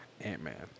Ant-Man